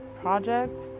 project